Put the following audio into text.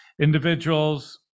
individuals